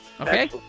Okay